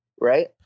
Right